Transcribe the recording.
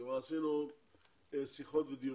כי כבר עשינו שיחות ודיונים.